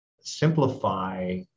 simplify